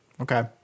Okay